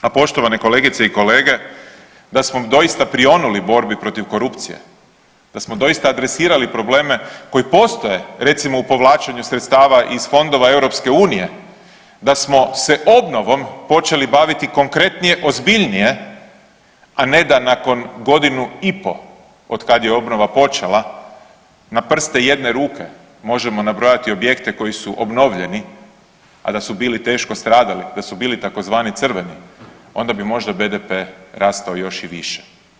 A poštovane kolegice i kolege da smo doista prionuli borbi protiv korupcije, da smo doista adresirali probleme koji postoje recimo u povlačenju sredstava iz fondova EU, da smo se obnovom počeli baviti konkretnije, ozbiljnije, a ne da nakon godinu i po od kad je obnova počela na prste jedne ruke možemo nabrojati objekte koji su obnovljeni, a da su bili teško stradali, da su bili tzv. crveni, onda bi možda BDP rastao još i više.